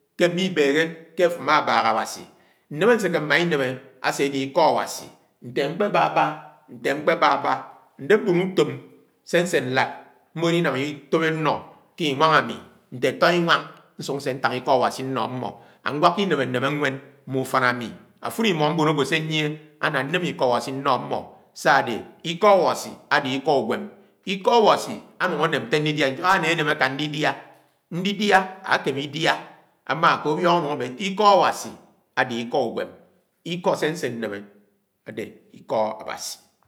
Ke mibéhé ké afo anna abák Awasi, némé aseke mmá inémé aséádé ikọ Awasi. Nte n̄kpébábá, nte ñkpébábá nté mbón utóm se ñse ñlád mmọ elinám utóm énọ ke inwang ami nté atọ inwañg ñsúk nse ntañg ikọ Awasi ññọ amọ anwaki inémé-némé ñwén. Mma úfán ami afile imọ agwo se ñyie ana nñémé ikọ Awasi ññọ ámọ sá-adé ikọ Awasi ade ikọ uñwém, ikọ Awasi anúng áném ñte ndidia idáhámi anúng aném ákán ndidia. Ñdidia akémé idiá amá kó awiong anúng údóng adé ikọ Awasi adi ikọ uwém, ikọ se nsé némé adé ikọ Awasi.